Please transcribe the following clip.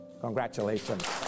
Congratulations